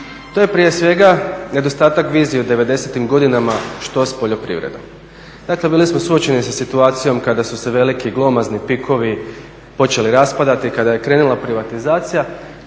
To je prije svega nedostatak vizije u devedesetim godinama što s poljoprivredom. Dakle, bili smo suočeni sa situacijom kada su se veliki glomazni pikovi počeli raspadati, kada je krenula privatizacija